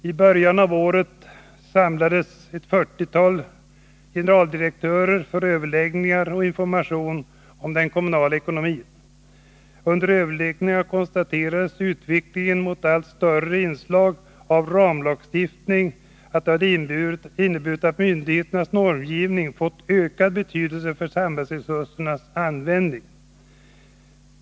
I början av året samlades ett fyrtiotal generaldirektörer för överläggningar och information om den kommunala ekonomin. Under överläggningarna konstaterades att utvecklingen mot allt större inslag av ramlagstiftning hade inneburit att myndigheternas normgivning fått ökad betydelse för samhällsresursernas användning.